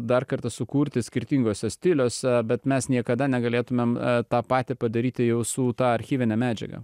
dar kartą sukurti skirtinguose stiliuose bet mes niekada negalėtumėm tą patį padaryti jau su ta archyvine medžiaga